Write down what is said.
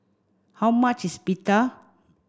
how much is Pita